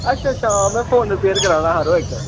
अच्छा अच्छा में फोन रिपेअर करै दा हा जरो इक